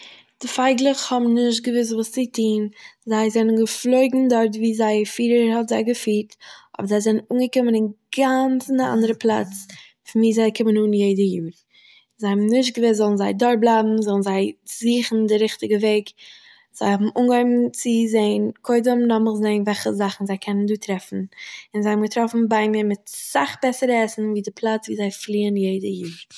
די פייגלעך האבן נישט געוואוסט וואס צו טוהן, זיי זענען געפלויגן דארט וואו זייער פירער האט זיי געפירט, אבער זיי זענען אנגעקומען אינגאנצן אין א אנדערע פלאץ פון וואו זיי קומען אן יעדע יאר. זיי האבן נישט געוואוסט, זאלן זיי דארט בלייבן, זאלן זיי זוכן די ריכטיגע וועג? זיי האבן אנגעהויבן צו זעהן, קודם לאמיך זעהן וועלכע זאכן זיי קענען דא טרעפן, און זיי האבן געטראפן ביימער מיט אסאך בעסערע עסן ווי דער פלאץ וואו זיי פליען יעדע יאר